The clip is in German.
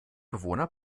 bewohner